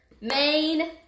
main